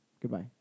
Goodbye